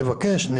זה מאוד חשוב,